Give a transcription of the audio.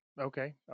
Okay